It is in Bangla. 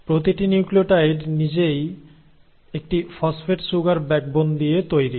প্রতিটি নিউক্লিওটাইড নিজেই একটি ফসফেট সুগার ব্যাকবোন দিয়ে তৈরি